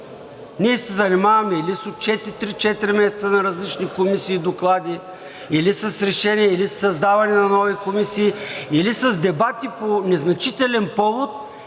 Ние се занимаваме или с отчети три-четири месеца на различни комисии и доклади, или с решения, или със създаване на нови комисии, или с дебати по незначителен повод,